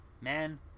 man